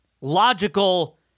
logical